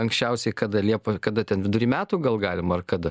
anksčiausiai kada liepą kada ten vidury metų gal galima kada